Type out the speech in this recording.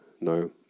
no